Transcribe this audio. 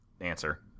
answer